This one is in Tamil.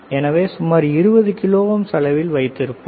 எனவே சுமார் 20 கிலோ ஓம்ஸ் அளவில் வைத்து பார்ப்போம்